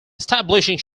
establishing